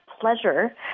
pleasure